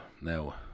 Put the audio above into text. now